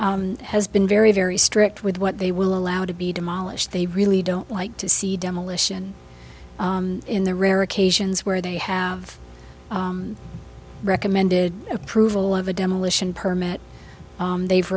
c has been very very strict with what they will allow to be demolished they really don't like to see demolition in the rare occasions where they have recommended approval of a demolition permit they've